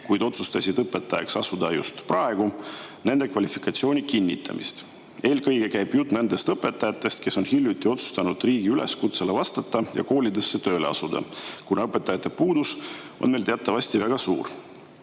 ja otsustasid õpetajaks asuda just praegu, kvalifikatsiooni kinnitamist. Eelkõige käib jutt nendest õpetajatest, kes on hiljuti otsustanud riigi üleskutsele vastata ja koolidesse tööle asuda. Õpetajate puudus on meil teatavasti väga suur.